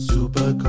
Super